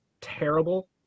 terrible